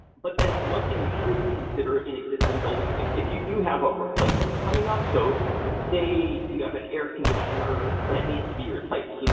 but and one thing you should consider in existing buildings, if if you do have ah replacement coming up so say you have an air conditioner that needs to be replaced. you know